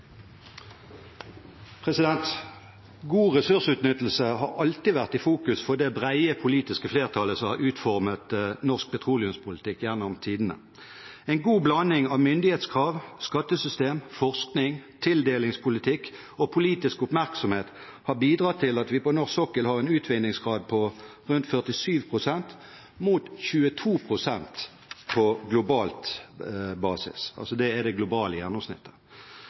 God ressursutnyttelse har alltid vært i fokus for det brede politiske flertallet som har utformet norsk petroleumspolitikk gjennom tidene. En god blanding av myndighetskrav, skattesystem, forskning, tildelingspolitikk og politisk oppmerksomhet har bidratt til at vi på norsk sokkel har en utvinningsgrad på rundt 47 pst., mot 22 pst. på global basis – det er altså det globale gjennomsnittet.